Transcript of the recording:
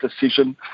decision